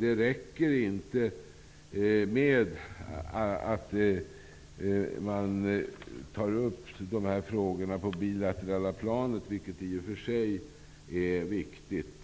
Det räcker inte att man tar upp de här frågorna på det bilaterala planet, vilket i och för sig är viktigt,